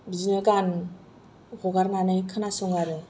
बिदिनो गान हगारनानै खोनासङो आरो